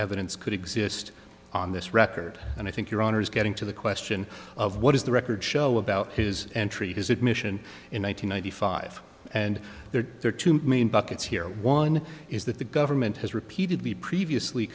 evidence could exist on this record and i think your honor is getting to the question of what is the record show about his entry his admission in one thousand nine hundred five and there are two main buckets here one is that the government has repeatedly previously